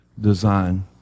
design